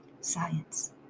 science